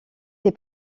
des